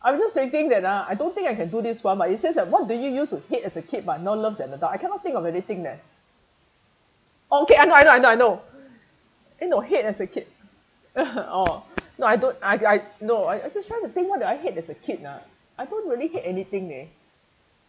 I'm just thinking that ah I don't think I can do this one but it says that what did you use to hate as a kid but now love as an adult I cannot think of anything leh okay I know I know I know eh no hate as a kid orh no I don't I I I no I I just trying to think what did I hate as a kid ah I don't really hate anything eh